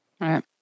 right